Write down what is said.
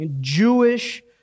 Jewish